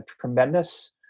tremendous